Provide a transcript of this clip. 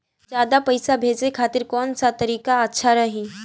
ज्यादा पईसा भेजे खातिर कौन सा तरीका अच्छा रही?